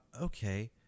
okay